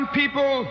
people